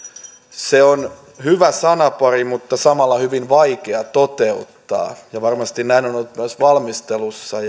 se on hyvä sanapari mutta samalla hyvin vaikea toteuttaa ja varmasti näin on ollut myös valmistelussa